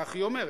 כך היא אומרת,